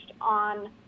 on